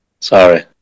Sorry